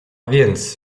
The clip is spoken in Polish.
więc